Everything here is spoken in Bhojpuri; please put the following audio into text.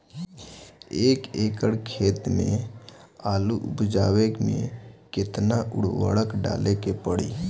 एक एकड़ खेत मे आलू उपजावे मे केतना उर्वरक डाले के पड़ी?